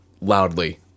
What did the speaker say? loudly